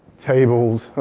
tables, oh.